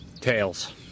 Tails